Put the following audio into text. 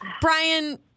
Brian